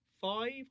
five